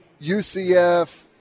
UCF